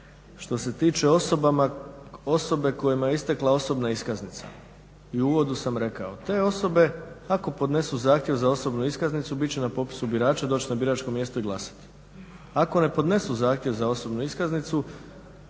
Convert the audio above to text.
Što se tiče osobe kojima je istekla osobna iskaznica i u uvodu sam rekao te osobe ako podnesu zahtjev za osobnu iskaznicu bit će na popisu birača, doći na biračko mjesto i glasati. Ako ne podnesu zahtjev za osobnu iskaznicu